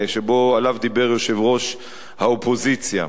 שעליו דיבר יושב-ראש האופוזיציה,